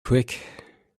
quick